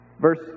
verse